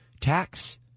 tax